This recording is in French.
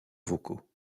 vocaux